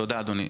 תודה אדוני.